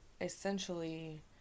essentially